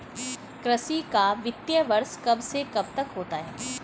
कृषि का वित्तीय वर्ष कब से कब तक होता है?